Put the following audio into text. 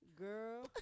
girl